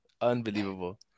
unbelievable